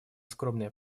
скромные